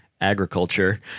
agriculture